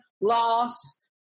loss